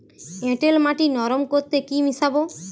এঁটেল মাটি নরম করতে কি মিশাব?